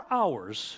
hours